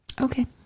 okay